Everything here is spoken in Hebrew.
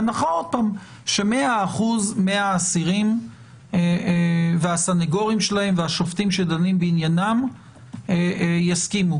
בהנחה ש-100% מהאסירים והסנגורים שלהם והשופטים שדנים בעניינם יסכימו?